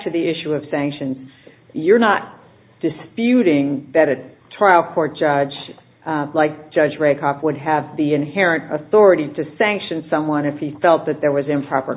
to the issue of sanctions you're not disputing that it trial court judge like judge rakoff would have the inherent authority to sanction someone if he felt that there was improper